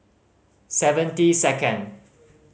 seventy second